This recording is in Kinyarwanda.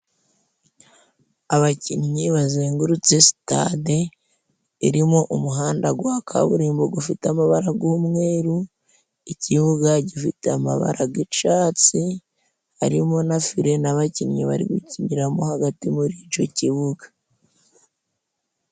Abakinnyi bazengurutse sitade irimo umuhanda gwa kaburimbo gufite amabara g'umweru, ikibuga gifite amabara g'icatsi, harimo na fire n'abakinnyi bari gukiniramo hagati muri ico kibuga.